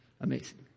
Amazing